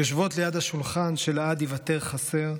יושבות ליד השולחן שלעד ייוותר חסר,